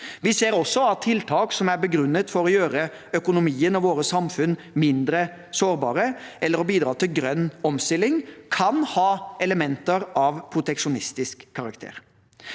Vi ser også at tiltak som er begrunnet med å gjøre økonomien og våre samfunn mindre sårbare eller å bidra til grønn omstilling, kan ha elementer av proteksjonistisk karakter.